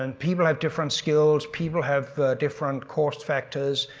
and people have different skills, people have different course factors,